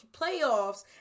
playoffs